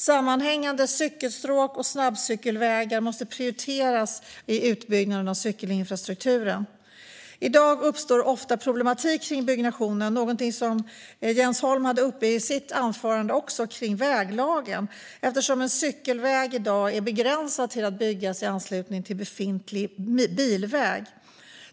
Sammanhängande cykelstråk och snabbcykelvägar måste prioriteras i utbyggnaden av cykelinfrastrukturen. I dag uppstår ofta problematik kring byggnationen, någonting som även Jens Holm tog upp i sitt anförande. Det handlar om väglagen och att man i dag är begränsad till att bygga en cykelväg i anslutning till en befintlig bilväg.